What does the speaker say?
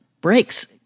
breaks